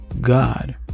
God